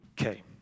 Okay